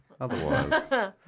otherwise